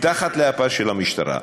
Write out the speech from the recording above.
מתחת לאפה של המשטרה.